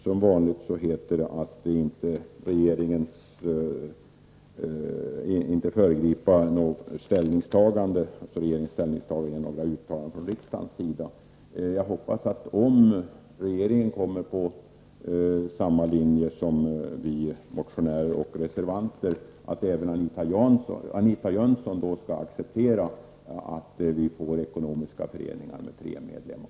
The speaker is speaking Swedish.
Som vanligt heter det att man inte skall föregripa något regeringens ställningstagande genom uttalanden från riksdagens sida. Om regeringen intar samma linje som vi motionärer och reservanter, hoppas jag att även Anita Jönsson skall acceptera att vi får ekonomiska föreningar med tre medlemmar.